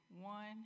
One